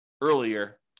earlier